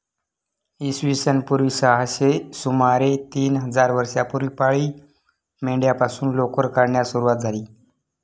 इसवी सन पूर्व सहाशे सुमारे तीन हजार वर्षांपूर्वी पाळीव मेंढ्यांपासून लोकर काढण्यास सुरवात झाली